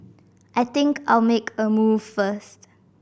I think I'll make a move first